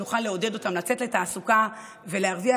שנוכל לעודד אותן לצאת לתעסוקה ולהרוויח